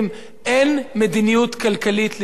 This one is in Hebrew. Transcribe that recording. אין מדיניות כלכלית לישראל,